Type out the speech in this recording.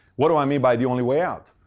what do i mean by the only way out?